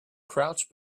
crouch